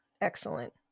excellent